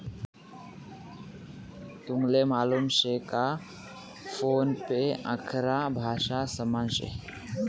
तुमले मालूम शे का फोन पे अकरा भाषांसमा शे